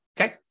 Okay